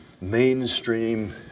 mainstream